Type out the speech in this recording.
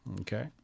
Okay